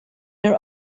are